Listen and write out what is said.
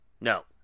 No